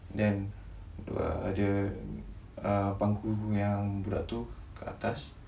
then uh pangku yang budak tu ke atas then